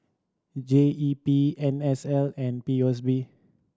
G E P N S L and P O S B